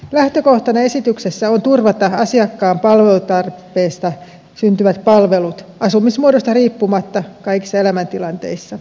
lähtökohtana esityksessä on turvata asiakkaan palvelutarpeesta syntyvät palvelut asumismuodosta riippumatta kaikissa elämäntilanteissa